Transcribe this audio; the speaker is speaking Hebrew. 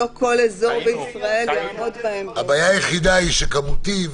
יש לנו פה כמה תנאים שהממשלה צריכה לעמוד בהם לפני שהיא מכריזה על אזור